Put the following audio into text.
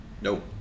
Nope